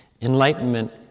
Enlightenment